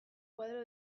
koadro